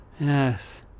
Yes